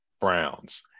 Browns